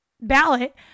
ballot